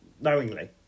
Knowingly